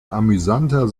amüsanter